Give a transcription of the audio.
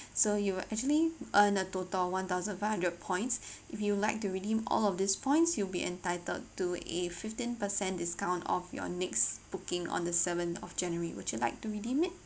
so you will actually earn a total of one thousand five hundred points if you like to redeem all of this points you'll be entitled to a fifteen percent discount off your next booking on the seventh of january would you like to redeem it